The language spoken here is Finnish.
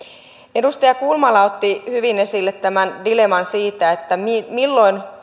edustaja kulmala otti hyvin esille dilemman siitä milloin